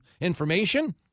information